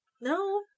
No